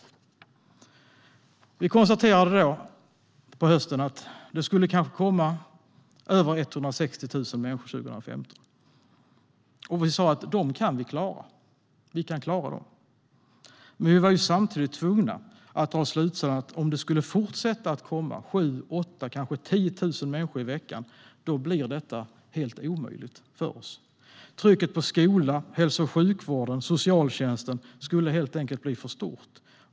Regeringen konstaterade under hösten att det kanske skulle komma över 160 000 människor 2015. Vi sa att Sverige kan klara dem, men vi var samtidigt tvungna att dra slutsatsen att om det skulle fortsätta att komma 7 000-8 000, kanske 10 000, människor i veckan blir detta helt omöjligt för Sverige. Trycket på skolan, hälso och sjukvården och socialtjänsten skulle helt enkelt bli för stort.